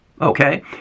Okay